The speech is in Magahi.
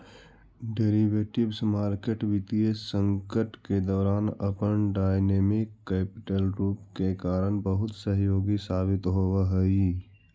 डेरिवेटिव्स मार्केट वित्तीय संकट के दौरान अपन डायनेमिक कैपिटल रूप के कारण बहुत सहयोगी साबित होवऽ हइ